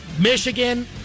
Michigan